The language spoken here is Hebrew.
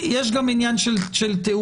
יש גם עניין של תיאום.